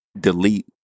delete